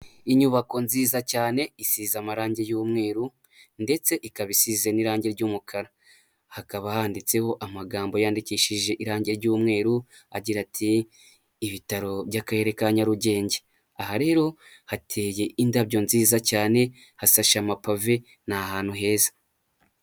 Inyubako nziza cyane isize amarangi y'umweru, ndetse ikaba isize n'irangi ry'umukara, hakaba handitseho amagambo yandikishije irangi ry'umweru, agira ati ibitaro by'akarere ka Nyarugenge, aha rero hateye indabyo nziza cyane, hashashemo amave ni ahantu heza.